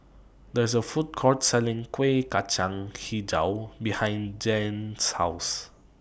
There IS A Food Court Selling Kuih Kacang Hijau behind Janyce's House